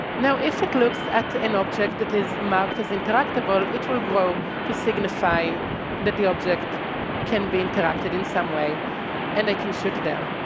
now, if it looks at an object that is marked as interactable, it will grow to signify that the object can be interacted in some way and i can shoot there.